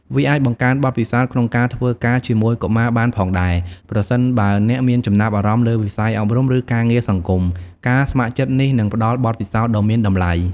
វាអាចបង្កើនបទពិសោធន៍ក្នុងការធ្វើការជាមួយកុមារបានផងដែរ ប្រសិនបើអ្នកមានចំណាប់អារម្មណ៍លើវិស័យអប់រំ ឬការងារសង្គម ការស្ម័គ្រចិត្តនេះនឹងផ្ដល់បទពិសោធន៍ដ៏មានតម្លៃ។